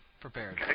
prepared